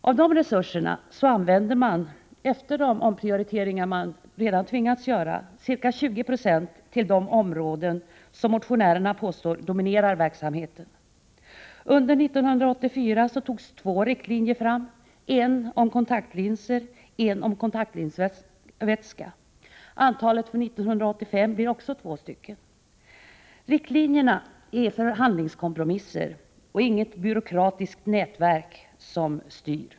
Av dessa resurser använder man, efter de omprioriteringar man redan tvingats göra, ca 20 9 till de områden som motionärerna påstår dominerar verksamheten. Under 1984 togs två riktlinjer fram — en om kontaktlinser och en om kontaktlinsvätska. Antalet för 1985 blir också två. Riktlinjerna är förhandlingskompromisser och inget byråkratiskt nätverk som styr.